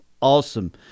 awesome